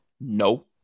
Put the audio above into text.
No